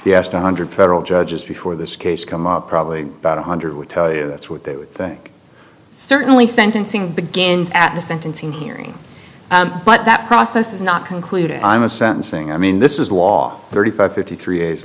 we asked one hundred federal judges before this case come up probably about one hundred would tell you that's what they would think certainly sentencing begins at the sentencing hearing but that process is not concluded i'm a sentencing i mean this is law thirty five thirty three is